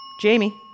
Jamie